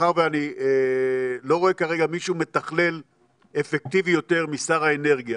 מאחר שאני לא רואה כרגע מישהו מתכללת אפקטיבי יותר משר האנרגיה